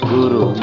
Guru